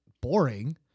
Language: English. boring